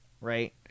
Right